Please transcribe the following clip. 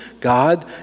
God